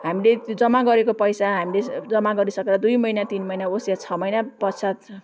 हामीले त्यो जम्मा गरेको पैसा हामीले जममा गरिसकेर दुई महिना तिन महिना होस् या छ महिनापश्चात्